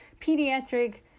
pediatric